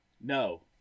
No